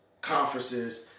conferences